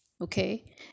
Okay